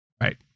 right